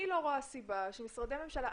אני לא רואה סיבה שמשרדי הממשלה,